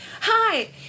Hi